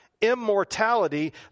immortality